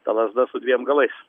ta lazda su dviem galais